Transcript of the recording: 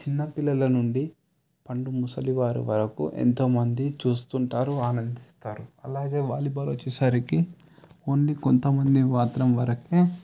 చిన్నపిల్లల నుండి పండు ముసలి వారు వరకు ఎంతో మంది చూస్తుంటారు ఆనందిస్తారు అలాగే వాలీబాల్ వచ్చేసరికి ఓన్లీ కొంతమంది మాత్రం వరకే